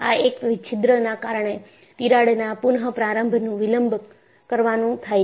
આ એક છિદ્રના કારણે તિરાડના પુનઃપ્રારંભ નું વિલંબ કરવાનું થાય છે